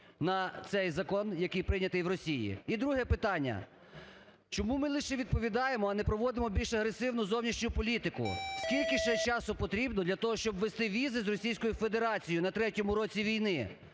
на цей закон, який прийнятий в Росії? І друге питання. Чому ми лише відповідаємо, а не проводимо більш агресивну зовнішню політику? Скільки ще часу потрібно для того, щоб ввести візи з Російською Федерацією на третьому році війни?